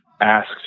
asked